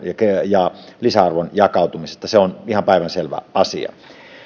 ja lisäarvon jakautumisesta on ajantasainen ja ennen kaikkea oikea se on ihan päivänselvä asia